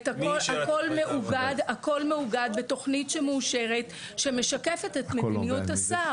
הכול מאוגד בתוכנית שמאושרת שמשקפת את מדיניות השר.